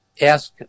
ask